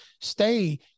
stay